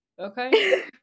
Okay